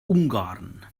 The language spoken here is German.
ungarn